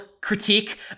critique